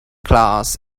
class